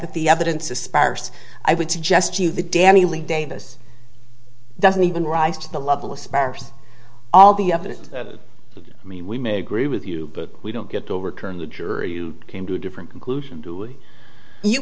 that the evidence aspires i would suggest to you the danny lee davis doesn't even rise to the level of spares all the evidence i mean we may agree with you but we don't get to overturn the jury you came to a different conclusion do you